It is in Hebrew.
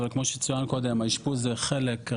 אך כמו שצוין קודם האשפוז זה חלק,